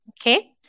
okay